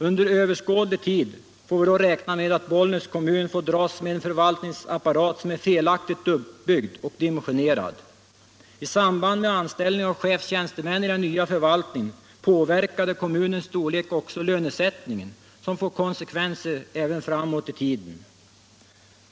Under överskådlig tid får vi då räkna med att Bollnäs kommun får dras med en förvaltningsapparat som är felaktigt uppbyggd och dimensionerad. I samband med anställning av chefstjänstemän i den nya förvaltningen påverkade kommunens storlek också lönesättningen, något som får konsekvenser även framåt i tiden.